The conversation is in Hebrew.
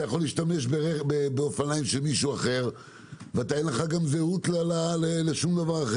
אתה יכול להשתמש באופניים של מישהו אחר ואין לך זהות לשום דבר.